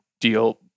deal